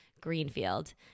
Greenfield